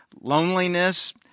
loneliness